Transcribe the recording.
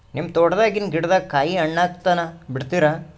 ನಿಮ್ಮ ತೋಟದಾಗಿನ್ ಗಿಡದಾಗ ಕಾಯಿ ಹಣ್ಣಾಗ ತನಾ ಬಿಡತೀರ?